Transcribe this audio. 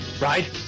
Right